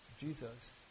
Jesus